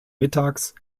mittags